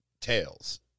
Tails